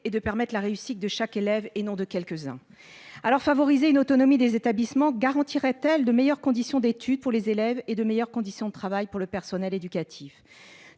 est de permettre la réussite de chaque élève, et non de quelques-uns. Une autonomie favorisée des établissements garantirait-elle de meilleures conditions d'études pour les élèves et de meilleures conditions de travail pour le personnel éducatif ?